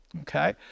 okay